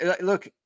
look